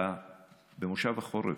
במושב החורף,